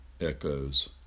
echoes